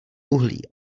uhlí